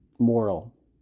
moral